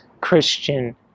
Christian